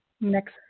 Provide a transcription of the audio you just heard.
next